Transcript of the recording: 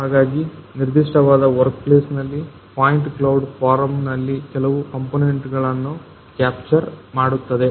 ಹಾಗಾಗಿ ನಿರ್ದಿಷ್ಟವಾದ workplace ನಲ್ಲಿ ಪಾಯಿಂಟ್ ಕ್ಲೌಡ್ ಫಾರಂನಲ್ಲಿ ಎಲ್ಲಾ ಕಂಪೋನೆಂಟ್ಗಳನ್ನು ಕ್ಯಾಪ್ಚರ್ ಮಾಡುತ್ತದೆ